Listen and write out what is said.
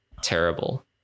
terrible